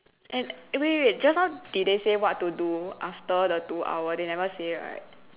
and eh wait wait wait just now did they say what to do after the two hour they never say right